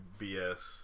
BS